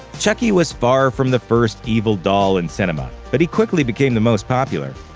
chucky was far from the first evil doll in cinema, but he quickly became the most popular.